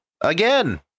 Again